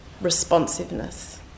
responsiveness